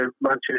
Manchester